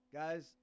guys